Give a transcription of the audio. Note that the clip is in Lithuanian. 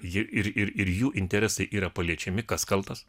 ji ir ir jų interesai yra paliečiami kas kaltas